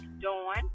Dawn